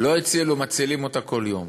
לא הצילו, מצילים אותה כל יום.